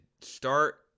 start